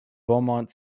beaumont